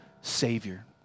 Savior